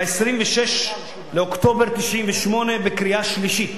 ב-26 באוקטובר 1998 בקריאה שלישית.